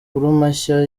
mashya